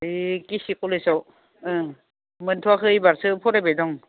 ओइ केसि कलेजआव ओं मोनथ'आखै एबारसो फरायबाय दं